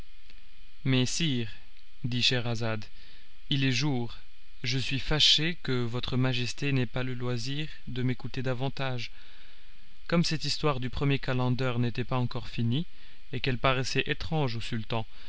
mais sire dit scheherazade il est jour je suis fâchée que votre majesté n'ait pas le loisir de m'écouter davantage comme cette histoire du premier calender n'était pas encore finie et qu'elle paraissait étrange au sultan